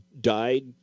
died